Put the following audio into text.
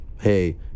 Hey